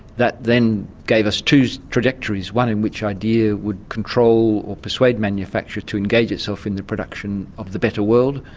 that then gave us two trajectories, one in which idea would control or persuade manufacture to engage itself in the production of the better world,